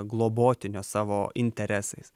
globotinio savo interesais